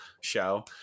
show